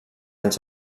els